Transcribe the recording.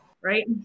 right